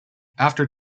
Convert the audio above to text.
after